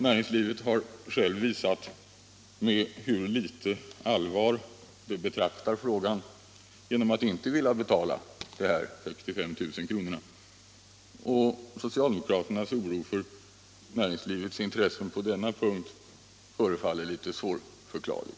Näringslivet har självt visat med hur litet allvar det betraktar frågan genom att inte vilja betala dessa 65 000 kr., och socialdemokraternas oro för näringslivets intresse på denna punkt förefaller litet svårförklarlig.